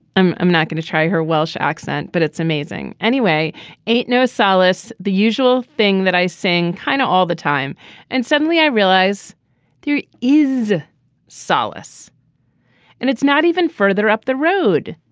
i'm i'm not going to try her welsh accent but it's amazing. anyway ain't no solace. the usual thing that i sing kind of all the time and suddenly i realize there is solace and it's not even further up the road.